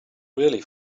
really